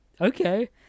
okay